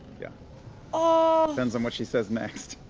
yeah ah depends on what she says next